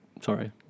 Sorry